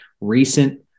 recent